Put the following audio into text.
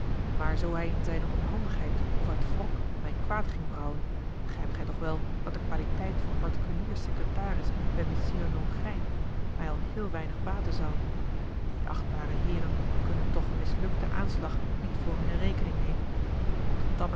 maar zoo hij in zijne onhandigheid of uit wrok mij kwaad ging brouwen begrijpt gij toch wel dat de qualiteit van particulier secretaris bij messire lonchijn mij al heel weinig baten zou die achtbare heeren kunnen toch een mislukten aanslag niet voor hunne rekening nemen en de